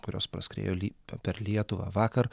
kurios praskriejo per lietuvą vakar